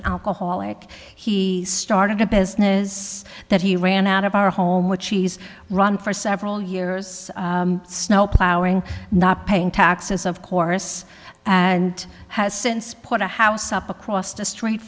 an alcoholic he started a business that he ran out of our home a cheese run for several years snowplowing not paying taxes of course and has since put a house up across the street